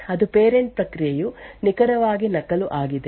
ಅದು ಪೇರೆಂಟ್ ಪ್ರಕ್ರಿಯೆಯ ನಿಖರವಾಗಿ ನಕಲು ಆಗಿದೆ